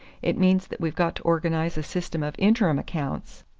it means that we've got to organise a system of interim accounts,